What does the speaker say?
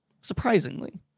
surprisingly